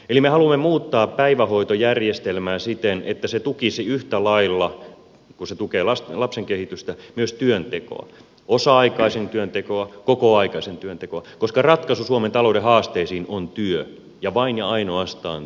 me haluamme muuttaa päivähoitojärjestelmää siten että se tukisi yhtä lailla kuin se tukee lapsen kehitystä myös työntekoa osa aikaisen työn tekoa kokoaikaisen työn tekoa koska ratkaisu suomen talouden haasteisiin on työ ja vain ja ainoastaan työ